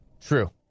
True